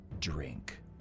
drink